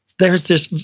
there's this,